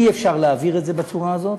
אי-אפשר להעביר את זה בצורה הזאת.